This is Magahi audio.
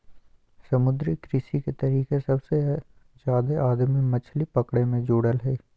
समुद्री कृषि के तरीके सबसे जादे आदमी मछली पकड़े मे जुड़ल हइ